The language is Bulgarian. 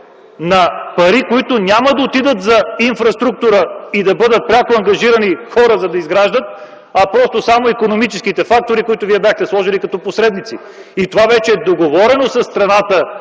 на пари, които няма да отидат за инфраструктура и да бъдат пряко ангажирани хора, за да изграждат. Икономическите фактори, които бяхте сложили като посредници, договорено е вече със страната